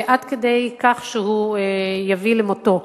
עד כדי כך שהוא יביא למותו.